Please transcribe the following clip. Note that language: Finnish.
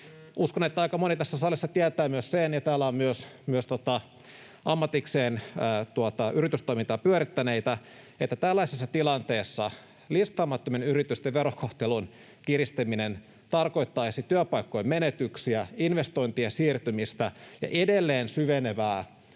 Uskon, että aika moni tässä salissa tietää myös sen — ja täällä on myös ammatikseen yritystoimintaa pyörittäneitä — että tällaisessa tilanteessa listaamattomien yritysten verokohtelun kiristäminen tarkoittaisi työpaikkojen menetyksiä, investointien siirtymistä ja edelleen syvenevää